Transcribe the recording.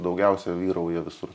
daugiausia vyrauja visur